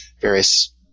various